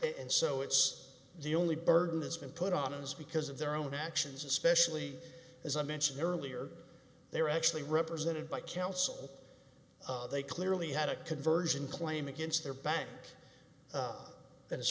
and so it's the only burden that's been put on is because of their own actions especially as i mentioned earlier they were actually represented by counsel they clearly had a conversion claim against their back